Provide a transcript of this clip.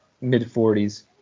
mid-40s